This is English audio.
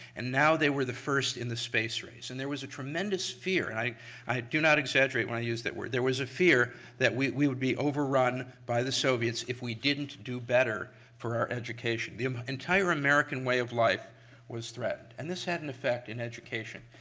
and now they were the first in the space race. and there was a tremendous fear. and i i do not exaggerate when i use that word. there was a fear that we we would be overrun by the soviets if we didn't do better for our education. the um entire american way of life was threatened. and this had an effect in education.